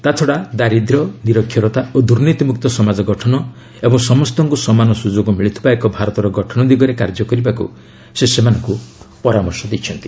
ତାଛଡ଼ା ଦାରିଦ୍ର୍ୟ ନିରକ୍ଷରତା ଓ ଦୁର୍ନୀତି ମୁକ୍ତ ସମାଜ ଗଠନ ଏବଂ ସମସ୍ତଙ୍କୁ ସମାନ ସୁଯୋଗ ମିଳୁଥିବା ଏକ ଭାରତର ଗଠନ ଦିଗରେ କାର୍ଯ୍ୟ କରିବାକୁ ସେ ସେମାନଙ୍କୁ ଆହ୍ବାନ ଦେଇଛନ୍ତି